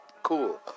cool